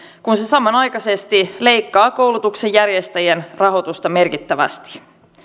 kun se samanaikaisesti leikkaa koulutuksen järjestäjien rahoitusta merkittävästi